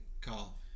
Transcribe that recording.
call